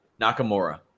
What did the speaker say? Nakamura